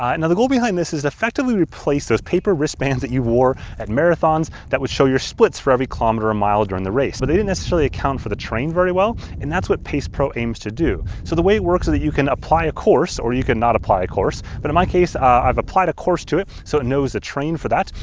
and the goal behind this is effectively to replace those paper wristbands that you wore at marathons that would show your splits for every kilometer or mile during the race. but they didn't necessarily account for the terrain very well, and that's what pacepro aims to do. so the way it works is that you can apply a course, or you can not apply a course, but in my case i've applied a course to it so it knows the terrain for that.